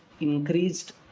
increased